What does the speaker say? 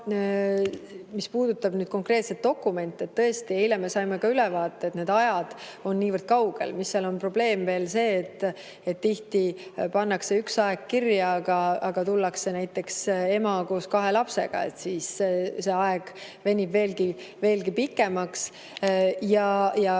Mis puudutab konkreetselt dokumente, tõesti, eile me saime ülevaate, et need ajad on niivõrd kaugel. Seal on probleem veel see, et tihti pannakse üks aeg kirja, aga tuleb näiteks ema koos kahe lapsega, siis see aeg venib veelgi pikemaks.